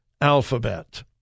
alphabet